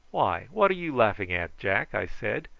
why, what are you laughing at, jack? i said,